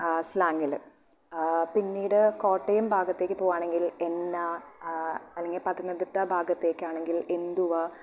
സ്ലാങ്ങില് പിന്നീട് കോട്ടയം ഭാഗത്തേക്ക് പോകുവാണെങ്കിൽ എന്നാ അല്ലെങ്കിൽ പത്തനംതിട്ട ഭാഗത്തേക്ക് ആണെങ്കിൽ എന്തുവാ